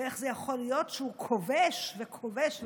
ואיך זה יכול להיות שהוא כובש וכובש וכובש.